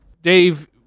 Dave